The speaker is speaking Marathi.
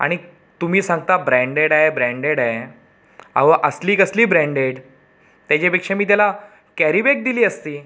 आणि तुम्ही सांगता ब्रँडेड आहे ब्रँडेड आहे अहो असली कसली ब्रँडेड त्याच्यापेक्षा मी त्याला कॅरीबॅग दिली असती